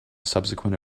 subsequent